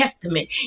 Testament